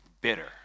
bitter